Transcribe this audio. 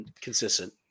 consistent